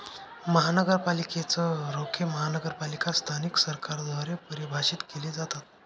महानगरपालिकेच रोखे महानगरपालिका स्थानिक सरकारद्वारे परिभाषित केले जातात